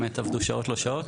שעבדו פה שעות לא שעות.